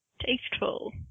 Tasteful